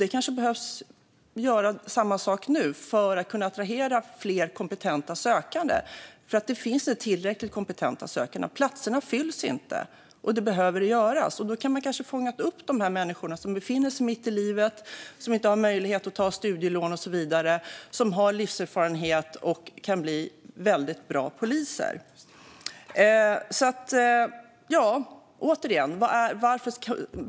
Man kanske behöver göra samma sak nu för att kunna attrahera fler kompetenta sökande, för det finns inte tillräckligt många kompetenta sökande. Platserna fylls inte, vilket behöver ske. Då kan man kanske fånga upp de här människorna som befinner sig mitt i livet, som inte har möjlighet att ta studielån och så vidare, som har livserfarenhet och som kan bli väldigt bra poliser.